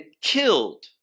killed